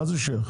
מה זה שייך?